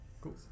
Cool